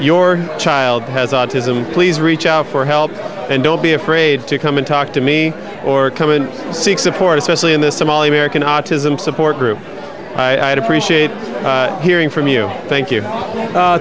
your child has autism please reach out for help and don't be afraid to come and talk to me or come and seek support especially in this somali american autism support group i'd appreciate hearing from you thank you